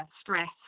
stress